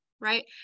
right